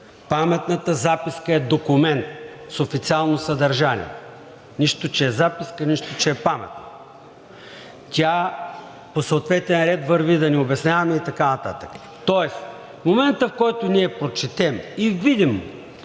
паметната записка е документ с официално съдържание, нищо, че е записка, нищо, че е паметна. Тя по съответен ред върви – да не обясняваме и така нататък, тоест моментът, в който ние прочетем и видим,